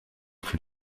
für